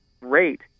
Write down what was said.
rate